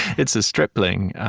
it's a stripling.